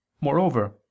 moreover